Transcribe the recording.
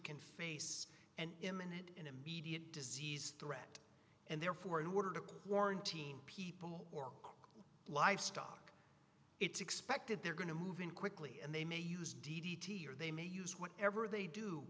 can face an imminent and immediate disease threat and therefore in order to quarantine people or cook life stock it's expected they're going to move in quickly and they may use d d t or they may use whatever they do